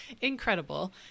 incredible